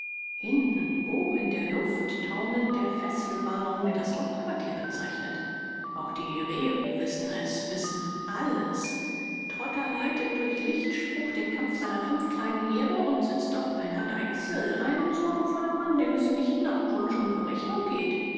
hinten hoch in der luft taumelt der fesselballon der das hauptquartier bezeichnet auch die herero wissen es wissen alles trotha leitet durch lichtspruch den kampf seiner fünf kleinen heere und sitzt auf einer deichsel ein sorgenvoller mann dem es nicht nach wunsch und berechnung geht